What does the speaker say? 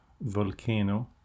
volcano